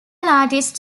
artists